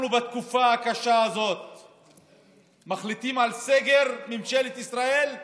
בתקופה הקשה הזאת אנחנו, ממשלת ישראל,